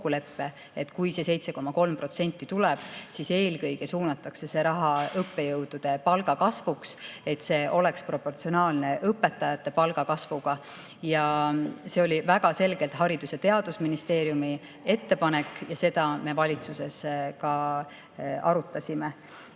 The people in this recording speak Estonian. et kui see 7,3% tuleb, siis eelkõige suunatakse see raha õppejõudude palga kasvuks, et see oleks proportsionaalne õpetajate palga kasvuga. See oli väga selgelt Haridus‑ ja Teadusministeeriumi ettepanek ja seda me valitsuses ka arutasime. Ja